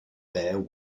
bear